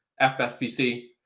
FFPC